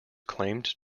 claimed